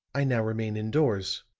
i now remain indoors.